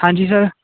ਹਾਂਜੀ ਸਰ